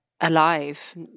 alive